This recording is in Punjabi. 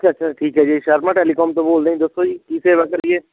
ਅੱਛਾ ਅੱਛਾ ਠੀਕ ਹੈ ਜੀ ਸ਼ਰਮਾ ਟੈਲੀਕੋਮ ਤੋਂ ਬੋਲਦੇ ਜੀ ਦੱਸੋ ਜੀ ਕੀ ਸੇਵਾ ਕਰੀਏ